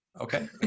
Okay